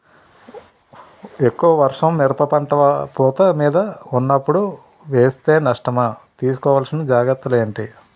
ఎక్కువ వర్షం మిరప పంట పూత మీద వున్నపుడు వేస్తే నష్టమా? తీస్కో వలసిన జాగ్రత్తలు ఏంటి?